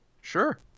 Sure